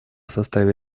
составе